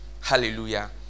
Hallelujah